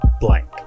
blank